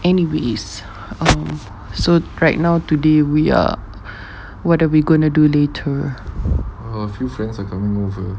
anyway um so right now today we are what are we going to do later